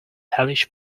hellish